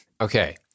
Okay